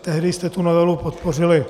Tehdy jste tu novelu podpořili.